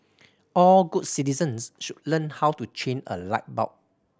all good citizens should learn how to change a light bulb